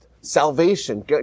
salvation